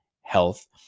health